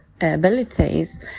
abilities